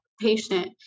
patient